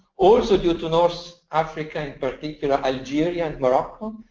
also due to north africa in particular algeria and morocco,